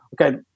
okay